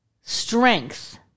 strength